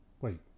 Wait